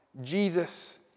Jesus